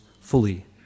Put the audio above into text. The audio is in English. fully